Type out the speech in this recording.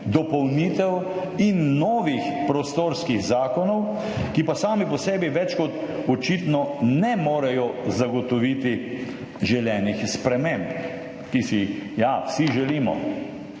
dopolnitev in novih prostorskih zakonov, ki pa sami po sebi več kot očitno ne morejo zagotoviti želenih sprememb, ki si jih vsi želimo.